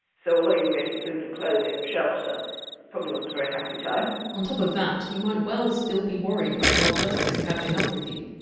so although you were getting food and clothing and shelter, it probably wasn't very happy time on top of that, you might well still be worried about mob justice catching up with you.